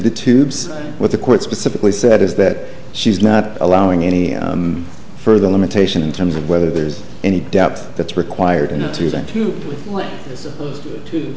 the tubes what the court specifically said is that she's not allowing any further limitation in terms of whether there's any doubt that's required